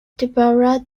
deborah